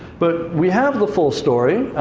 but we have the full story,